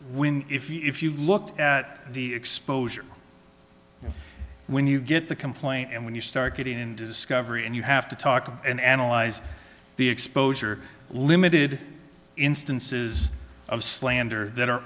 when if you look at the exposure when you get the complaint and when you start getting into discovery and you have to talk and analyze the exposure limited instances of slander that are